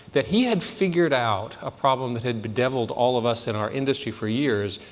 that he had figured out a problem that had bedeviled all of us in our industry for years,